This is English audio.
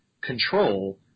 control